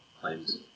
claims